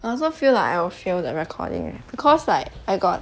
I also feel like I will fail the recording because like I got